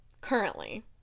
currently